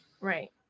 Right